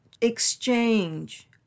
exchange